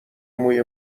موی